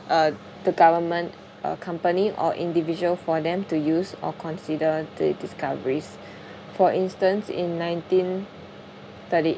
uh the government uh company or individual for them to use or consider the discoveries for instance in nineteen thirty